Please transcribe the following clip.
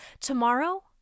Tomorrow